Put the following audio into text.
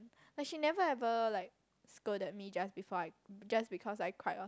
like she never ever like scolded me just before I just because I cried oh